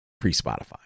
pre-Spotify